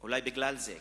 אולי גם בגלל זה?